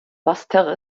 basseterre